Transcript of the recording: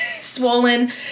swollen